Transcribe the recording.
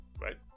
right